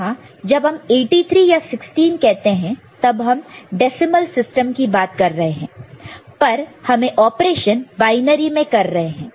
यहां जब हम 83 या 16 कहते हैं तब हम डेसिमल सिस्टम की बात कर रहे हैं पर हमें ऑपरेशन बायनरी में कर रहे है